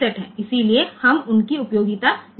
इसलिए हम उनकी उपयोगिता देखेंगे